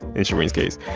in shereen's case,